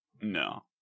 No